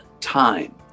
time